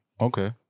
Okay